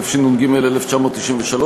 התשנ"ג 1993,